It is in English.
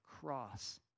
cross